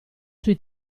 sui